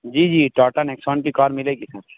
جی جی ٹاٹا نیکسون کی کار ملے گی سر